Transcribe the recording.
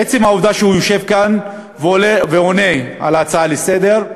עצם העובדה שהוא יושב כאן ועונה על ההצעה לסדר,